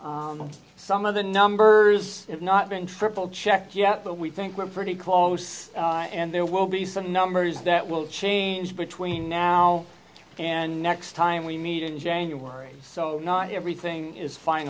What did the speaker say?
out some of the numbers have not been for all checked yet but we think we're pretty close and there will be some numbers that will change between now and next time we meet in january so not everything is fine